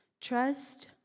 Trust